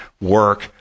work